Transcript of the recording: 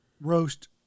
roast